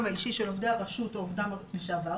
האישי של עובדי הרשות או עובדיהם לשעבר",